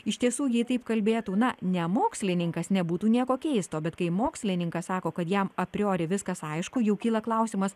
iš tiesų jei taip kalbėtų na ne mokslininkas nebūtų nieko keisto bet kai mokslininkas sako kad jam apriori viskas aišku jau kyla klausimas